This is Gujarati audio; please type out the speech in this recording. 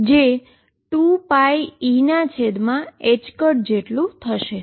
જે 2πEh જેટલું થશે